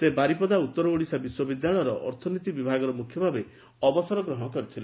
ସେ ବାରିପଦା ଉଉର ଓଡିଶା ବିଶ୍ୱବିଦ୍ୟାଳୟର ଅର୍ଥନୀତି ବିଭାଗର ମୁଖ୍ୟ ଭାବେ ଅବସର ନେଇଥିଲେ